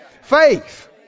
Faith